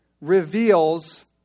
reveals